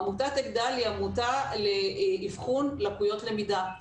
עמותת "אגדל" היא עמותה לאבחון לקויות למידה.